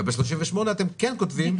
ובסעיף 38 אתם כן כותבים,